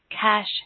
cash